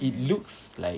it looks like